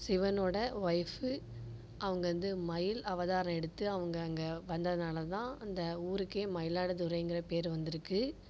சிவனோட ஒய்ஃப் அவங்க வந்து மயில் அவதாரம் எடுத்து அவங்க அங்கே வந்ததுனால்தான் அந்த ஊருக்கே மயிலாடுதுறைங்கிற பேர் வந்திருக்கு